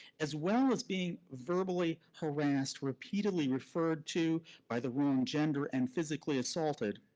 as well as being verbally harassed, repeatedly referred to by the wrong gender and physically assaulted.